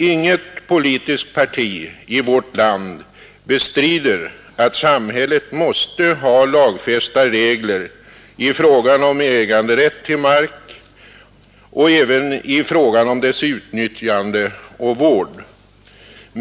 Inget politiskt parti i vårt land bestrider att samhället måste ha lagfästa regler i fråga om äganderätt till mark och även i fråga om dess utnyttjande och vård.